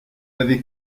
avait